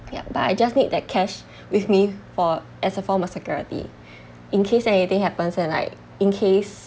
ya but I just need that cash with me for as a form of security in case anything happens and like in case